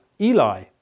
Eli